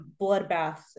bloodbaths